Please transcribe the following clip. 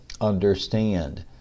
understand